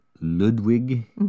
Ludwig